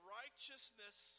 righteousness